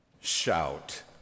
Shout